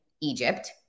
Egypt